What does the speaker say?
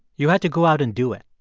you had to go out and do it.